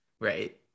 Right